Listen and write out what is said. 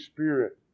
Spirit